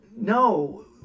No